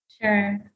Sure